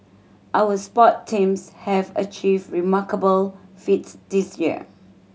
our sport teams have achieved remarkable feats this year